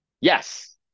Yes